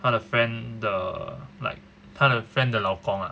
她的 friend the like 她的 friend 的老公 ah